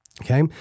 Okay